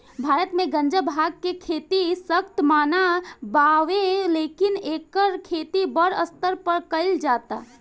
भारत मे गांजा, भांग के खेती सख्त मना बावे लेकिन एकर खेती बड़ स्तर पर कइल जाता